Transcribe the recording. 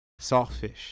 saltfish